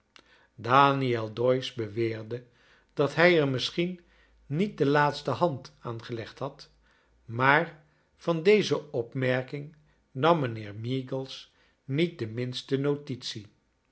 daniel doyce beweerde dat hij er misschien niet de laatste hand aan gelegd had maar van deze opmerking nam mijnheer meagles niet de minste notitie